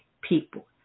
people